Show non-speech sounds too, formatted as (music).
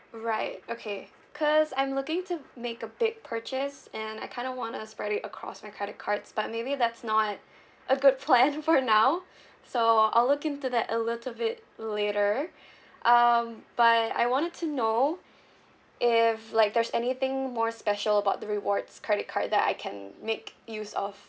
right okay cause I'm looking to make a big purchase and I kind of want to spread it across my credit cards but maybe that's not a good plan (laughs) for now so I'll look into that a little bit later um but I wanted to know if like there's anything more special about the rewards credit card that I can make use of